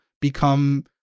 become